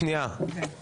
שנייה, אורית.